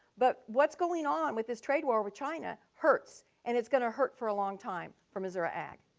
but what's going on with this trade war with china hurts and it's going to hurt for a long time for missouri ag.